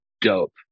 dope